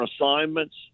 assignments